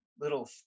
little